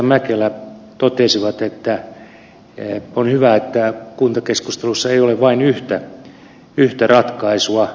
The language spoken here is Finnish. mäkelä totesivat että on hyvä että kuntakeskustelussa ei ole vain yhtä ratkaisua